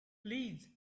please